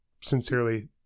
sincerely